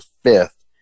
fifth